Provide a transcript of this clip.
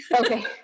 Okay